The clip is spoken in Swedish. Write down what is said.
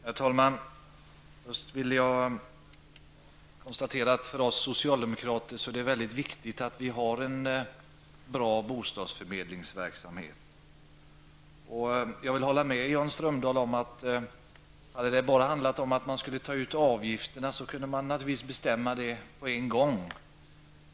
Herr talman! Först vill jag konstatera att det för oss socialdemokrater är viktigt att vi har en bra bostadsförmedlingsverksamhet. Jag håller med Jan Strömdahl om att hade det bara handlat om att man skulle ta ut avgifter kunde man naturligtvis ha bestämt det på en gång.